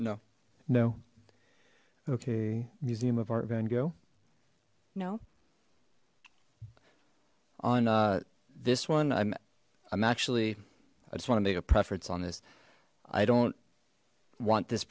no no okay museum of art van gogh no on this one i'm i'm actually i just want to make a preference on this i don't want this